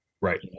right